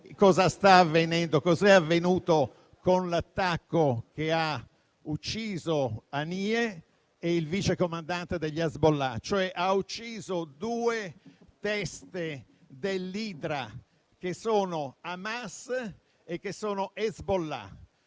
esattamente cos'è avvenuto con l'attacco che ha ucciso Haniyeh e il vice comandante degli Hezbollah, cioè ha ucciso due teste dell'idra che sono Hamas ed Hezbollah;